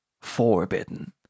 forbidden